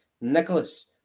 Nicholas